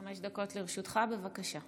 חמש דקות לרשותך, בבקשה.